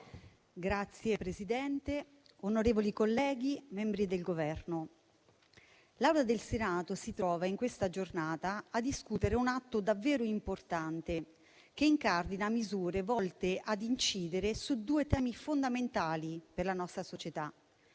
Signor Presidente, onorevoli colleghi, membri del Governo, l'Assemblea del Senato si trova in questa giornata a discutere un testo davvero importante, che incardina misure volte ad incidere su due temi fondamentali per la nostra società: